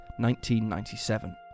1997